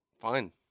Fine